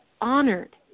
honored